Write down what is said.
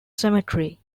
cemetery